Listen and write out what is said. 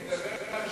אדוני